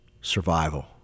survival